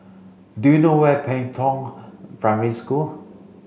do you know where Pei Tong Primary School